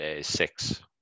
Six